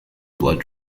blood